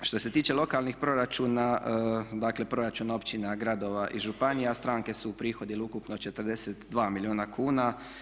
Što se tiče lokalnih proračuna, dakle proračuna općina, gradova i županija, stranke su uprihodile ukupno 42 milijuna kuna.